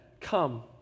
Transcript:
Come